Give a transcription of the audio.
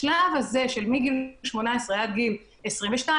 השלב הזה של מגיל 18 עד גיל 22,